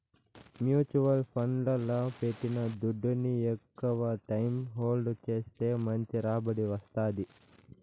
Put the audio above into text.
mutual ఫండ్లల్ల పెట్టిన దుడ్డుని ఎక్కవ టైం హోల్డ్ చేస్తే మంచి రాబడి వస్తాది